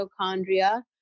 mitochondria